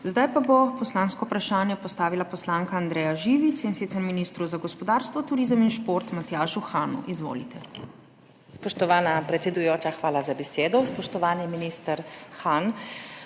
Zdaj pa bo poslansko vprašanje postavila poslanka Andreja Živic, in sicer ministru za gospodarstvo, turizem in šport Matjažu Hanu. Izvolite. **ANDREJA ŽIVIC (PS Svoboda):** Spoštovana predsedujoča, hvala za besedo. Spoštovani minister Han!